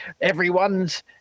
everyone's